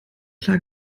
klar